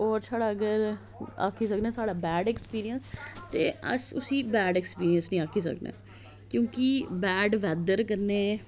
और साढ़ा अगर आक्खी सकने साढ़ा बेड ऐक्सपिरिंयंस ते अस उसी बेड ऐक्सपिरिंयस नेई आक्खी सकने क्योकि बेड बेदर कन्नै